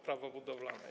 Prawo budowlane.